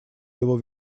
его